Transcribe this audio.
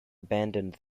abandoned